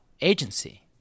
agency